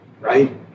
Right